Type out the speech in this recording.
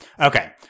Okay